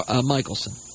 Michelson